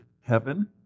heaven